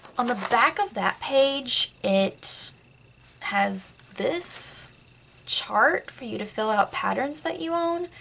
on the back of that page it has this chart for you to fill out patterns that you own.